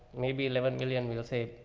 maybe eleven million. we'll say,